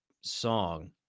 song